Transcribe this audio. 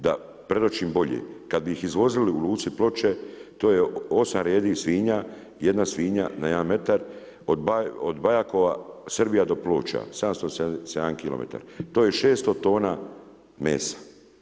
Da predočim bolje, kada bi ih izvozili u Luci Ploče to je osam redi svinja, jedna svinja na jedan metar od Bajakova-Srbija do Ploča 777 km, to je 600 tona mesa.